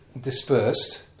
dispersed